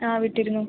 ആ കിട്ടിയിരുന്നു